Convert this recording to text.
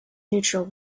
neutral